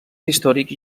històrics